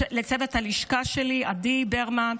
ולצוות הלשכה שלי, עדי ברמן,